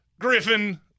Griffin